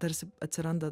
tarsi atsiranda